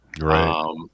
Right